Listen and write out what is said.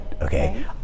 okay